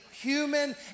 human